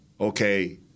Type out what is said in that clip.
okay